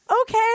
Okay